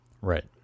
Right